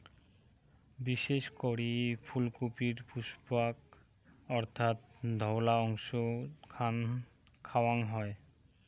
বিশেষ করি ফুলকপির পুষ্পাক্ষ অর্থাৎ ধওলা অংশ খান খাওয়াং হই